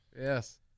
Yes